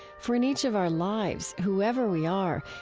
for in each of our lives, whoever we are,